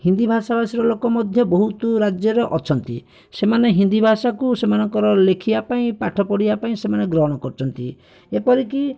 ହିନ୍ଦୀ ଭାଷାଭାଷିର ଲୋକ ମଧ୍ୟ ବହୁତ ରାଜ୍ୟରେ ଅଛନ୍ତି ସେମାନେ ହିନ୍ଦୀଭାଷାକୁ ସେମାନଙ୍କର ଲେଖିବା ପାଇଁ ପାଠପଢ଼ିବା ପାଇଁ ସେମାନେ ଗ୍ରହଣ କରୁଛନ୍ତି ଏପରିକି